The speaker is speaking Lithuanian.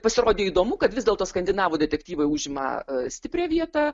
pasirodė įdomu kad vis dėlto skandinavų detektyvai užima stiprią vietą